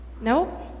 Nope